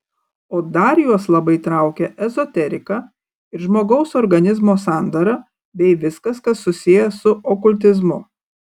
o dar juos labai traukia ezoterika ir žmogaus organizmo sandara bei viskas kas susiję su okultizmu